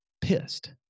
pissed